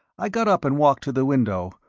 i got up and walked to the window,